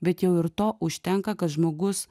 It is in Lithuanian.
bet jau ir to užtenka kad žmogus